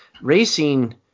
racing